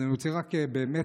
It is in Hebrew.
אז אני רוצה רק להודות